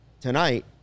tonight